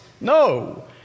No